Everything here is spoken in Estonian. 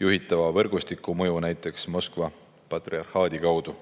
juhitava võrgustiku mõju näiteks Moskva patriarhaadi kaudu